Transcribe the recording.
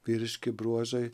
vyriški bruožai